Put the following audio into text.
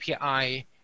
API